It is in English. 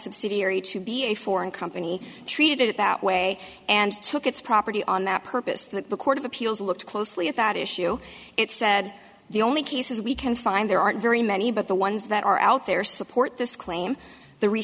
subsidiary to be a foreign company treated it that way and took its property on that purpose the court of appeals looked closely at that issue it said the only cases we can find there aren't very many but the ones that are out there support this claim th